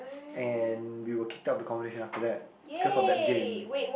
and we were kicked out of the competition after that because of that game